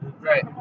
Right